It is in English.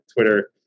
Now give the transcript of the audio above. Twitter